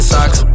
Socks